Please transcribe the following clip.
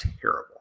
terrible